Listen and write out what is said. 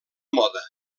moda